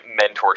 mentorship